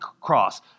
cross